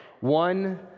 one